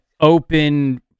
open